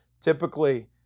Typically